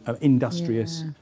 industrious